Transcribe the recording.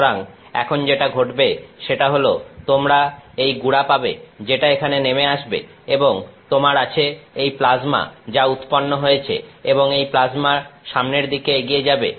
সুতরাং এখন যেটা ঘটবে সেটা হল তোমরা এই গুড়া পাবে যেটা এখানে নেমে আসছে এবং তোমার আছে এই প্লাজমা যা উৎপন্ন হয়েছে এবং এই প্লাজমা সামনের দিকে এগিয়ে যাবে